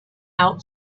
out